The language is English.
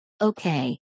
Okay